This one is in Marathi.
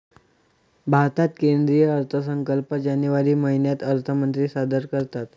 भारतात केंद्रीय अर्थसंकल्प जानेवारी महिन्यात अर्थमंत्री सादर करतात